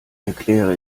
erkläre